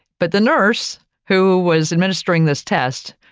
but the nurse who was administering this test,